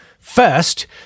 first